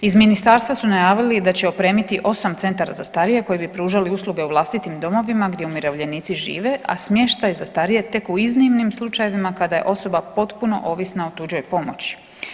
Iz ministarstva su najavili da će opremiti 8 centara za starije koji bi pružali usluge u vlastitim domovima gdje umirovljenici žive, a smještaj tek u iznimnim slučajevima kada je osoba potpuno ovisna o tuđoj pomoći.